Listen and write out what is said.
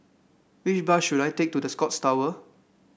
which bus should I take to The Scotts Tower